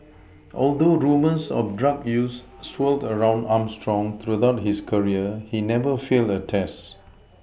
although rumours of drug use swirled around Armstrong throughout his career he never failed a test